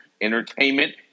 entertainment